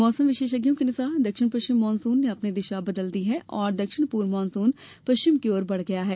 मौसम विशेषज्ञों के अनुसार दक्षिण पश्चिम मानसुन ने अपनी दिशा बदल दी है और दक्षिण पूर्व मानसुन पश्चिम की ओर बढ़ गया है